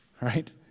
Right